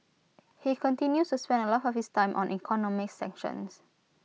he continues to spend A lot of his time on economic sanctions